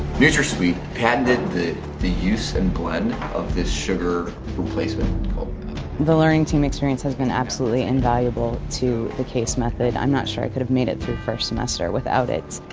nutrasweet patented the the use and blend of this sugar replacement called the learning team experience has been absolutely invaluable to the case method. i'm not sure i could have made it through first semester without it.